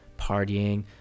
partying